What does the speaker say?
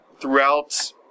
throughout